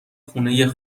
خونه